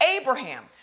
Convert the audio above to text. Abraham